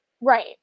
Right